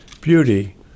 Beauty